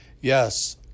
Yes